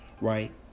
Right